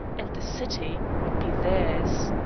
and the city would be theirs.